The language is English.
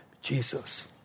Jesus